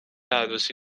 عروسی